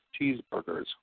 cheeseburgers